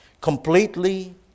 Completely